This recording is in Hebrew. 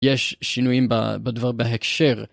יש שינויים בדבר בהקשר.